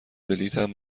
بلیطم